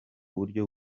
buryo